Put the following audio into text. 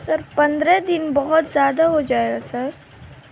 سر پندرہ دن بہت زیادہ ہو جائے گا سر